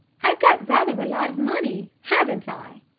i've got rather a lot of money, haven't i?